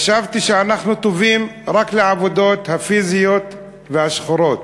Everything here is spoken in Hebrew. חשבתי שאנחנו טובים רק לעבודות הפיזיות והשחורות,